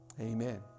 Amen